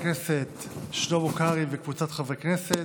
של חבר הכנסת שלמה קרעי וקבוצת חברי הכנסת,